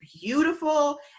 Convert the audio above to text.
beautiful